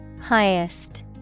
Highest